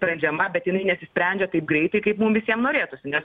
sprendžiama bet jinai nesprendžia taip greitai kaip mum visiem norėtųsi nes